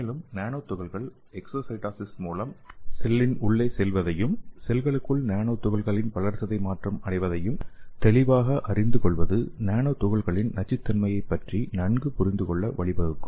மேலும் நானோ துகள்கள் எக்சோசைடோசிஸ் மூலம் செல்லின் உள்ளே செல்வதையும் செல்களுக்குள் நானோ துகள்களின் வளர்சிதை மாற்றம் அடைவதையும் தெளிவாக அறிந்து கொள்வது நானோ துகள்களின் நச்சுத்தன்மையைப் பற்றி நன்கு புரிந்துகொள்ள வழிவகுக்கும்